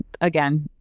again